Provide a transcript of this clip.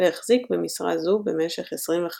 והחזיק במשרה זו במשך 25 שנה.